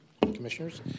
commissioners